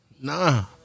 Nah